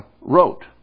wrote